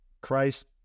Christ